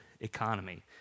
economy